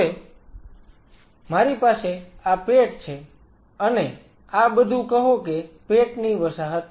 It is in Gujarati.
હવે મારી પાસે આ પેટ છે અને આ બધું કહો કે પેટ ની વસાહત છે